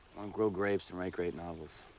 grow grapes, and write great novels.